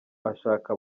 ashaka